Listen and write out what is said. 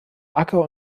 acker